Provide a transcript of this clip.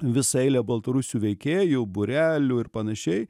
visą eilę baltarusių veikėjų būrelių ir panašiai